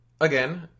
again